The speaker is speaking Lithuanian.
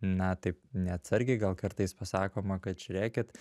na taip neatsargiai gal kartais pasakoma kad žiūrėkit